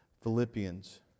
Philippians